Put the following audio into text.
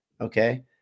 okay